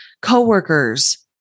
coworkers